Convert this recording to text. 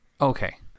Okay